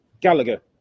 Gallagher